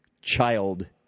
child